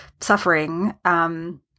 suffering